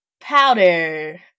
Powder